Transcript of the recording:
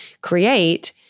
create